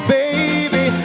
baby